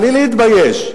בלי להתבייש,